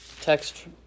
text